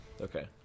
okay